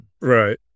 Right